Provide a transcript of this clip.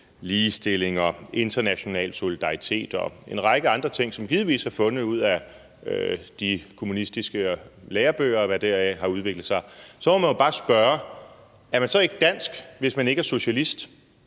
ligestilling og international solidaritet og en række andre ting, som givetvis er fundet i de kommunistiske lærebøger, og hvad deraf har udviklet sig, er man så ikke dansk, hvis man ikke er socialist?